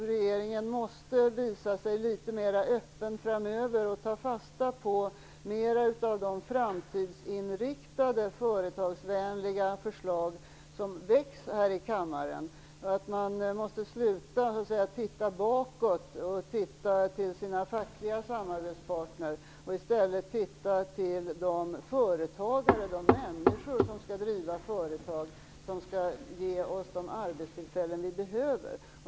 Regeringen måste visa sig litet mera öppen framöver och ta fasta på de framtidsinriktade, företagsvänliga förslag som väcks här i kammaren. Man måste sluta se bakåt, till sina fackliga samarbetspartner. I stället måste man se till de företag och människor som skall driva företag som skall ge oss de arbetstillfällen vi behöver.